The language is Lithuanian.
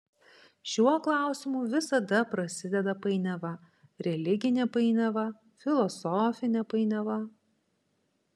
šiuo klausimu visada prasideda painiava religinė painiava filosofinė painiava